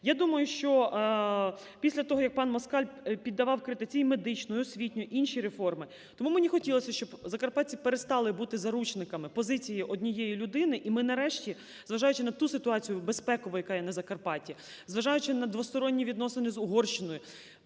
Я думаю, що після того, як пан Москаль піддавав критиці і медичну, і освітню, і інші реформи, тому мені хотілося, щоб закарпатці перестали бути заручниками позиції однієї людини. І ми нарешті, зважаючи на ту ситуаціюбезпекову, яка є на Закарпатті, зважаючи на двосторонні відносини з Угорщиною,